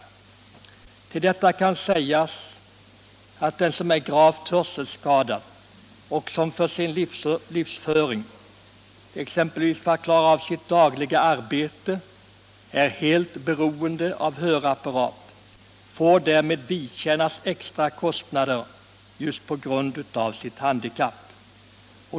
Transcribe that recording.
Till detta kan sägas att de som är gravt hörselskadade och som för sin livsföring, exempelvis för att klara av sitt dagliga arbete, är helt beroende av hörapparat, därmed får vidkännas extra kostnader just på grund av sitt handikapp.